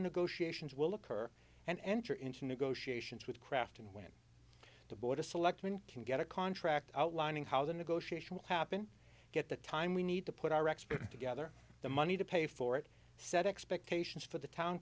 negotiations will occur and enter into negotiations with crafting when to board a select when you can get a contract outlining how the negotiation will happen get the time we need to put our experts together the money to pay for it set expectations for the town